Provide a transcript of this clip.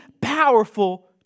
powerful